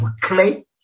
clay